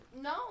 No